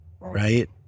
Right